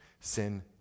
sin